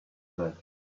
said